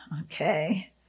okay